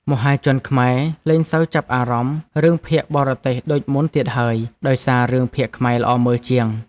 មហាជនខ្មែរលែងសូវចាប់អារម្មណ៍រឿងភាគបរទេសដូចមុនទៀតហើយដោយសាររឿងភាគខ្មែរល្អមើលជាង។